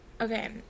Okay